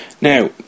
Now